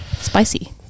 spicy